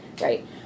Right